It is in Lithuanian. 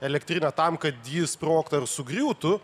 elektrinę tam kad ji sprogtų ar sugriūtų